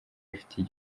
ifitiye